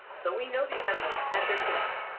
so we know these animals had their tumors,